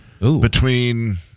between-